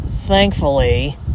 thankfully